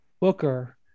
Booker